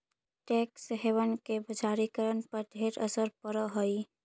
tax haven के बजारिकरण पर ढेर असर पड़ हई